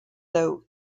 though